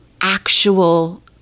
actual